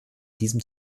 diesem